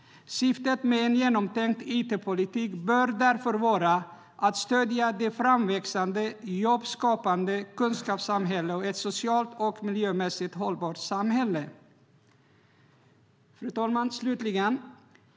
Syftet med en genomtänkt it-politik bör därför vara att stödja det framväxande jobbskapande kunskapssamhället och ett socialt och miljömässigt hållbart samhälle. Fru talman!